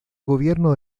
gobierno